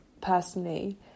personally